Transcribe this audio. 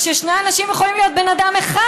כששני האנשים יכולים להיות בן אדם אחד,